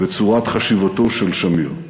ואת צורת חשיבתו של שמיר.